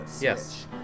yes